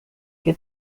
qué